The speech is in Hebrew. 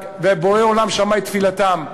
ובורא עולם שמע את תפילתם,